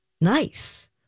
nice